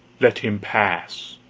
let him pass,